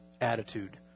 attitude